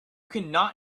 cannot